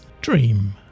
Dream